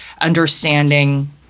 understanding